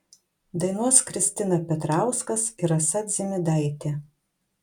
dainuos kristina petrauskas ir rasa dzimidaitė